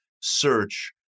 search